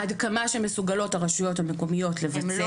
עד כמה שמסוגלות הרשויות המקומיות לבצע